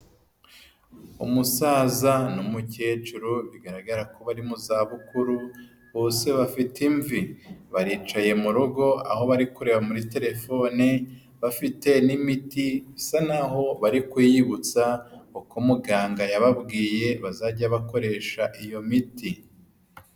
Umusaza n'umukecuru bigaragara ko bari mu zabukuru bose bafite imvi baricaye mu rugo aho bari kureba muri telefone bafite n'imiti isa naho bari kwiyibutsa uko muganga yababwiye bazajya bakoresha iyo miti.